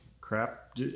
crap